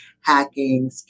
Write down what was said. hacking